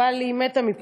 אבל היא מתה מפחד.